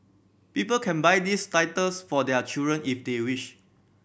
people can buy these titles for their children if they wish